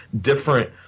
different